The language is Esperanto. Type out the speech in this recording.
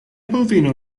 bovino